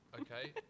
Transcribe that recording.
Okay